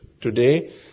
today